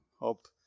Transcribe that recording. Hope